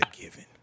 given